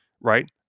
Right